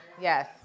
yes